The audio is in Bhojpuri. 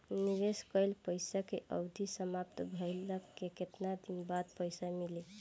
निवेश कइल पइसा के अवधि समाप्त भइले के केतना दिन बाद पइसा मिली?